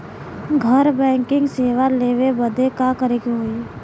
घर बैकिंग सेवा लेवे बदे का करे के होई?